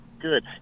Good